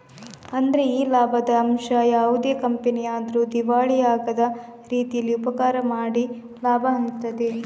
ಅಂದ್ರೆ ಈ ಲಾಭದ ಅಂಶ ಯಾವುದೇ ಕಂಪನಿ ಆದ್ರೂ ದಿವಾಳಿ ಆಗದ ರೀತೀಲಿ ಉಪಕಾರ ಮಾಡಿ ಲಾಭ ಹಂಚ್ತದೆ